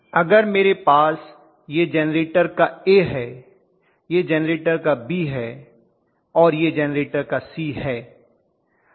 अगर मेरे पास यह जेनरेटर का A है यह जेनरेटर का B है और यह जेनरेटर का C है